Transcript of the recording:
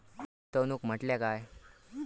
गुंतवणूक म्हटल्या काय?